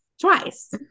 Twice